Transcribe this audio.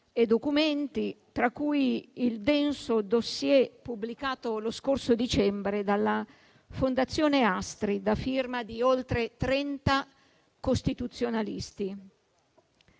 e documenti, tra cui il denso *dossier* pubblicato lo scorso dicembre dalla Fondazione Astrid, a firma di oltre 30 costituzionalisti.